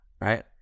right